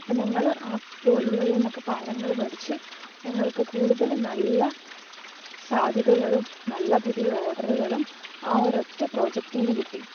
അപ്പോൾ ഞങ്ങൾ ആ തോൽവികളിൽ നിന്നൊക്കെ പാടങ്ങൾ പഠിച്ചു ഞങ്ങൾക്ക് കൂടുതൽ നല്ല സാധ്യതകളും നല്ല പുതിയ ഓഡറുകളും ആ ഒരൊറ്റ പ്രോജടിൽ നിന്ന് ന്ന് കിട്ടി